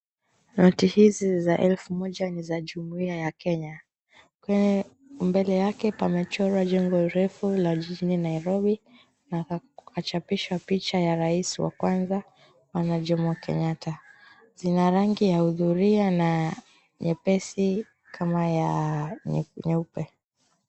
Noti hizi ni za elfu moja ni za jumuia ya Kenya mbele yake pamechorwa jengo refu la jijini Nairobi na akachapishwa picha ya Raisi wa kwanza bwana Jomo Kenyatta. Zina rangi ya hudhuria na nyepesi kama ya nyeupe.